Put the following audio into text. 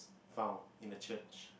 found in the church